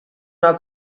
una